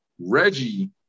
Reggie